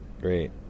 great